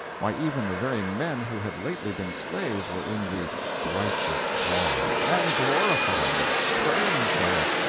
why, even the very men who had lately been slaves were in the righteous cause, and glorifying it, praying for it,